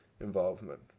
involvement